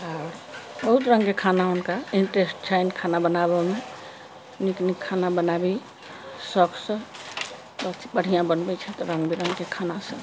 आओर बहुत रङ्गके खाना हुनका इन्ट्रेस्ट छनि खाना बनाबऽमे नीक नीक खाना बनाबी शौखसँ बहुत बढ़िआँ बनबै छथि रङ्ग बिरङ्गके खाना सभ